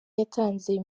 yatanze